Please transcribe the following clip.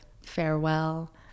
farewell